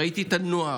ראיתי את הנוער,